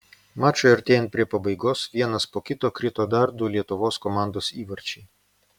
mačui artėjant prie pabaigos vienas po kito krito dar du lietuvos komandos įvarčiai